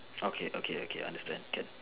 okay okay okay understand can